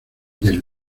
del